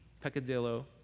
peccadillo